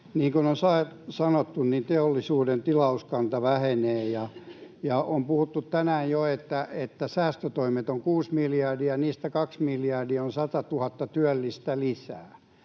Niin kuin on sanottu, teollisuuden tilauskanta vähenee, ja on puhuttu tänään jo, että säästötoimet ovat kuusi miljardia. Niistä kaksi miljardia on 100 000 työllistä lisää.